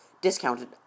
discounted